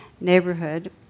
neighborhood